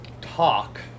Talk